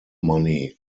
money